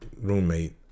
roommate